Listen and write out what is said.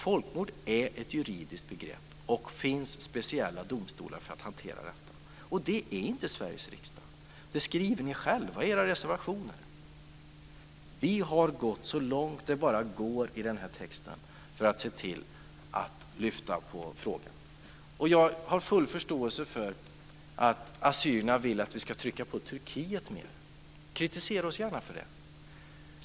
Folkmord är ett juridiskt begrepp, och det finns speciella domstolar för att hantera det, och det är inte Sveriges riksdag. Det skriver ni själva i era reservationer. Vi har gått så långt som det bara går i den här texten för att lyfta fram denna fråga. Jag har full förståelse för att assyrierna vill att vi ska trycka på Turkiet nu. Kritisera oss gärna!